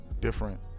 different